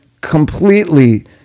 completely